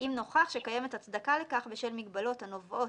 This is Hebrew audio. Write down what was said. אם נוכח שקיימת הצדקה לכך בשל מגבלות הנובעות